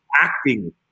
Acting